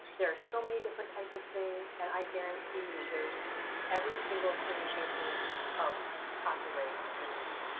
there are so many different types of things and i guarantee you there's every single permutation of copyright in there.